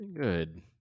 Good